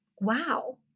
wow